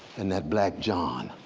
and that black john,